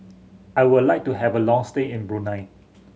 I would like to have a long stay in Brunei